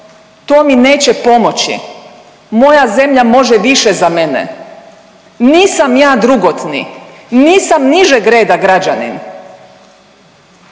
to mi neće pomoći, moja zemlja može više za mene, nisam ja drugotni, nisam nižeg reda građanin,